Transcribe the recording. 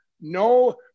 No